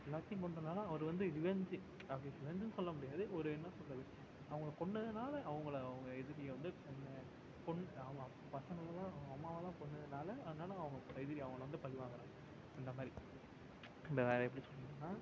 எல்லாத்தேயும் கொன்றுட்டனால அவர் வந்து இழந்து அப்படி இழந்துன்னு சொல்ல முடியாது ஒரு என்ன சொல்கிறது அவங்கள கொன்றதுனால அவங்கள அவங்க எதிரியை வந்து கொன்று கொன்று அவங்க பசங்களெல்லாம் அவங்க அம்மாவை எல்லாம் கொன்றதுனால அதனால் அவங்க எதிரி அவங்கள வந்து பழி வாங்குகிறாங்க அந்த மாதிரி நம்ம வேறு எப்படி சொல்கிறதுன்னா